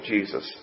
Jesus